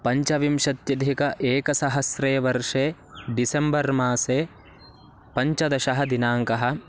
पञ्चविंशत्यधिक एकसहस्रे वर्षे डिसेम्बर् मासे पञ्चदशदिनाङ्कः